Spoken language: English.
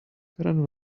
karen